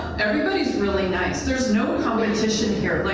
everybody's really nice. there's no competition here. like